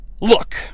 Look